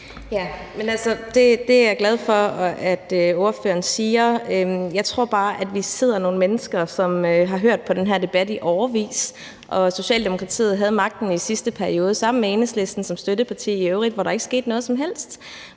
er jeg glad for at ordføreren siger. Jeg tror bare, at vi er nogle mennesker, som har hørt på den her debat i årevis, og Socialdemokratiet havde magten i sidste periode, sammen med Enhedslisten som støtteparti i øvrigt, hvor der ikke skete noget som helst,